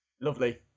Lovely